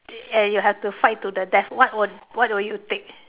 eh you have to fight to the death what would what would you take